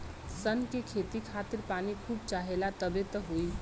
सन के खेती खातिर पानी खूब चाहेला तबे इ होई